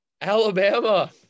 Alabama